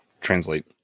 translate